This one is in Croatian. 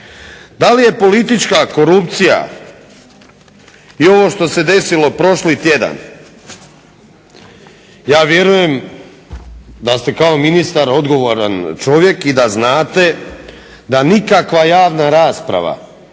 Da li je politička korupcija i ovo što se desilo prošli tjedan, ja vjerujem da ste kao ministar odgovoran čovjek i da znate da nikakva javna rasprava